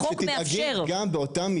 אנחנו מקיימים היום דיון לפי סעיף-111 (ה),